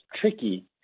tricky